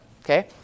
okay